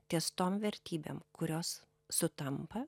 ties tom vertybėm kurios sutampa